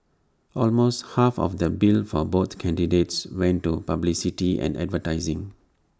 almost half of the bill for both candidates went to publicity and advertising